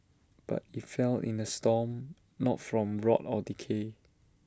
but IT fell in A storm not from rot or decay